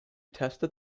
tested